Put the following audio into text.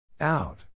out